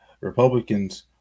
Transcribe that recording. Republicans